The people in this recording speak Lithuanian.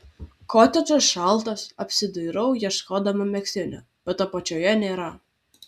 kotedžas šaltas apsidairau ieškodama megztinio bet apačioje nėra